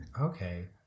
Okay